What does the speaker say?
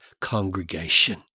congregation